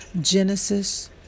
Genesis